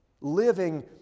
living